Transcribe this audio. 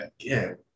again